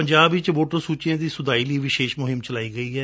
ਪੰਜਾਬ ਵਿਚ ਵੋਟਰ ਸੁਚੀਆਂ ਦੀ ਸੁਧਾਈ ਲਈ ਵਿਸ਼ੇਸ਼ ਮੁਹਿੰਮ ਚਲਾਈ ਗਈ ਏ